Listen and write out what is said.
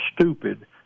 stupid